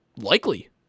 likely